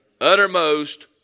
uttermost